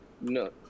no